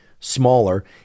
smaller